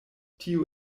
tiu